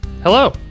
Hello